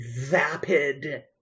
vapid